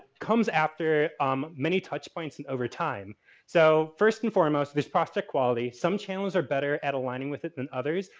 comes after um many touch points in overtime. so, first and foremost this prosthetic quality. some channels are better at aligning with it than others,